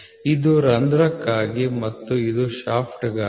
ಇದು ರಂಧ್ರಕ್ಕಾಗಿ ಮತ್ತು ಇದು ಶಾಫ್ಟ್ಗಾಗಿ